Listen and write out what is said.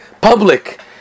public